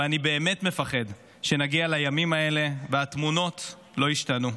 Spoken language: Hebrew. ואני באמת מפחד שנגיע לימים האלה והתמונות לא ישתנו.